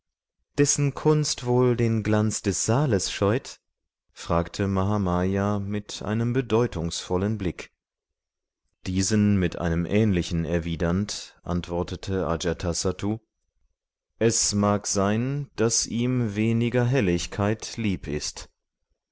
dessen kunst wohl den glanz des saales scheut fragte mahamaya mit einem bedeutungsvollen blick diesen mit einem ähnlichen erwidernd antwortete ajatasattu es mag sein daß ihm weniger helligkeit lieb ist